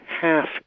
half